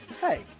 Hey